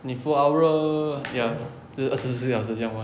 你 full hour ya 就是二十四小时这样玩